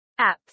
Apps